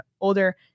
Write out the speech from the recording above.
older